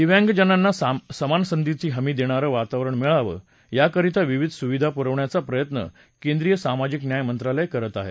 दिव्यांगजनांना समान संधीची हमी देणारं वातावरण मिळावं याकरता विविध सुविधा पुरवण्याचा प्रयत्न केंद्रीय सामाजिक न्याय मंत्रालय करत आहे